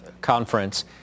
conference